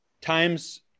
times